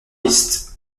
liste